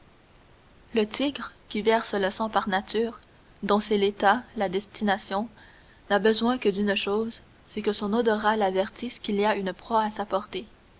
le tigre qui verse le sang par nature dont c'est l'état la destination n'a besoin que d'une chose c'est que son odorat l'avertisse qu'il a une proie à sa portée